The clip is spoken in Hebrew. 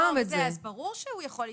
ברור שהוא יכול לטעון.